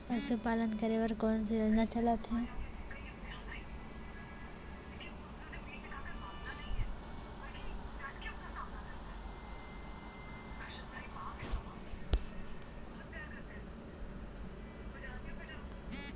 पशुपालन करे बर कोन से योजना चलत हे?